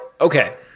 Okay